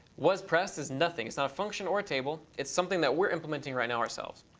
was pressed is nothing. it's not a function or a table. it's something that we're implementing right now ourselves.